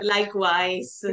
Likewise